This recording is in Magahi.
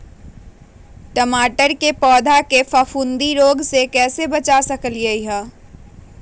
टमाटर के पौधा के फफूंदी रोग से कैसे बचा सकलियै ह?